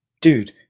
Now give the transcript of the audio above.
Dude